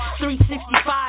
365